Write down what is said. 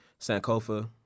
sankofa